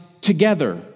together